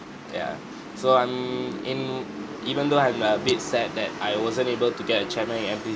ya so I'm in even though I'm a bit sad that I wasn't able to get a chairman in N_P_C_C